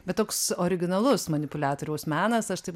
bet toks originalus manipuliatoriaus menas aš taip